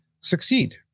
succeed